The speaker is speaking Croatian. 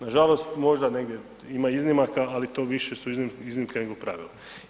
Nažalost možda negdje ima iznimaka li to više su iznimke nego pravila.